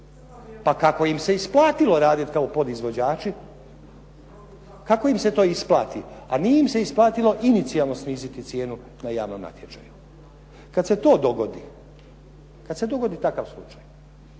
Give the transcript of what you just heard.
Pa kako im se isplatilo raditi kao podizvođači, kako im se to isplati? A nije im se isplatilo inicijativno sniziti cijenu na javnom natječaju. Kada se to dogodi, kada se dogodi takav slučaj,